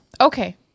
Okay